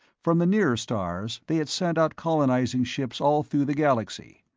from the nearer stars, they had sent out colonizing ships all through the galaxy.